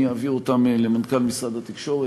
אני אעביר אותן למנכ"ל משרד התקשורת,